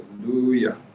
Hallelujah